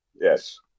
Yes